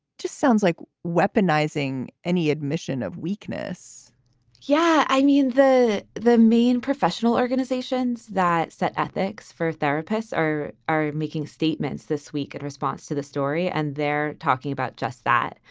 just sounds like weaponising any admission of weakness yeah i mean, the the main professional organizations that set ethics for therapists are are making statements this week in response to the story. and they're talking about just that.